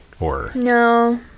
No